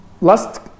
Last